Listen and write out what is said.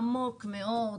עמוק מאוד,